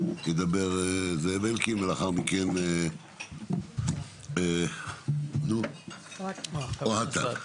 ידבר חבר הכנסת זאב אלקין ואחריו ידבר חבר הכנסת אוהד טל.